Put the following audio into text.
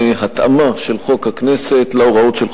התאמה של חוק הכנסת להוראות של חוק-היסוד,